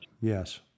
Yes